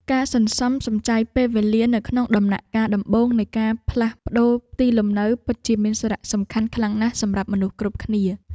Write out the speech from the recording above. ការសន្សំសំចៃពេលវេលានៅក្នុងដំណាក់កាលដំបូងនៃការផ្លាស់ប្ដូរទីលំនៅពិតជាមានសារៈសំខាន់ខ្លាំងណាស់សម្រាប់មនុស្សគ្រប់គ្នា។